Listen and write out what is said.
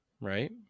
Right